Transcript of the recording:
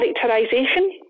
characterisation